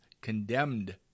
condemned